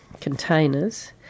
containers